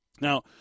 Now